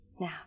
Now